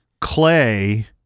Clay